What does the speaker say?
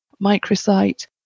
microsite